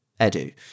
Edu